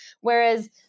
whereas